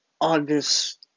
August